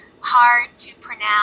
hard-to-pronounce